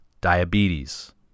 diabetes